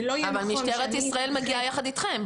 זה לא יהיה נכון שאני --- אבל משטרת ישראל מגיעה יחד אתכם.